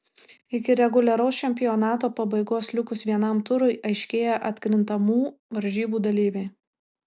iki reguliaraus čempionato pabaigos likus vienam turui aiškėja atkrintamų varžybų dalyviai